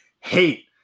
hate